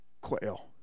quail